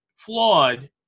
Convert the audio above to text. flawed